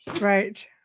Right